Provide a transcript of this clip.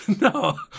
No